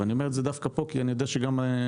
ואני אומר את זה דווקא פה כי אני יודע שגם אתה,